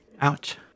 ouch